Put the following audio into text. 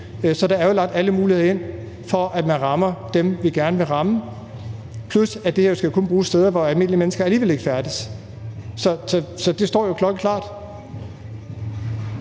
Så der er jo lagt alle muligheder ind for, at man rammer dem, vi gerne vil ramme. Plus at det her jo kun skal bruges steder, hvor almindelige mennesker alligevel ikke færdes. Det står jo klokkeklart.